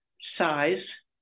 size